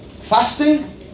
fasting